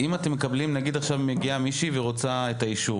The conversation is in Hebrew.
נגיד עכשיו מגיעה מישהי ורוצה את האישור